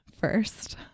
first